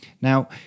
Now